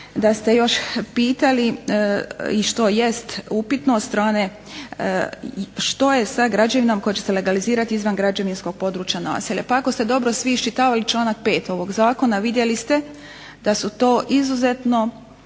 da ste još pitali i što jest upitno od strane što je sa građevinom koja će se legalizirati izvan građevinskog područja naselja? Pa ako ste dobro svi iščitavali članak 5. ovog zakona vidjeli ste da su to izuzetno